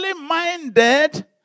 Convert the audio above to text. minded